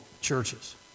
churches